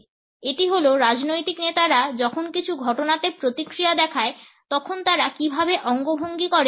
এটি হল রাজনৈতিক নেতারা যখন কিছু ঘটনাতে প্রতিক্রিয়া দেখায় তখন তারা কীভাবে অঙ্গভঙ্গি করে তা নিয়ে